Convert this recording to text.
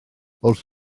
wrth